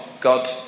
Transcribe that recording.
God